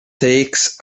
takes